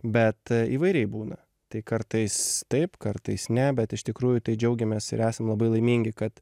bet įvairiai būna tai kartais taip kartais ne bet iš tikrųjų tai džiaugiamės ir esam labai laimingi kad